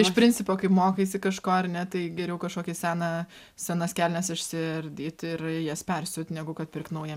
iš principo kai mokaisi kažko ar ne tai geriau kažkokį seną senas kelnes išsiardyti ir jas persiūt negu kad pirkt naują